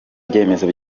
ibyemezo